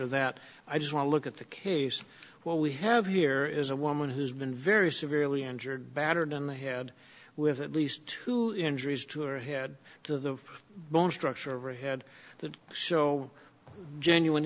or that i just want to look at the case what we have here is a woman who has been very severely injured battered and they had with at least two injuries to her head to the bone structure of the head that show genuine